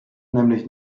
nämlich